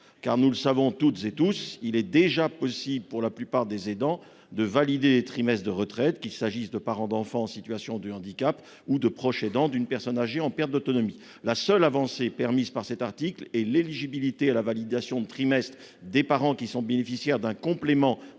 Car nous le savons toutes et tous, il est déjà possible pour la plupart des aidants de valider des trimestres de retraite, qu'il s'agisse de parents d'enfants en situation de handicap ou de proche aidant d'une personne âgée en perte d'autonomie. La seule avancée permise par cet article est l'éligibilité à la validation de trimestres des parents qui sont bénéficiaires d'un complément